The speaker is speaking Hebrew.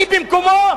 אני במקומו,